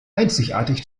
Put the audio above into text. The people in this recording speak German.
einzigartig